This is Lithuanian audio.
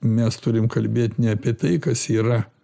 mes turim kalbėt ne apie tai kas yra